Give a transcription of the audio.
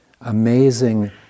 amazing